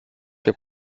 habe